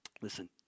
Listen